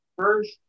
first